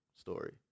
story